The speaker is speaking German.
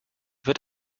wird